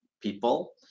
people